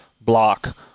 block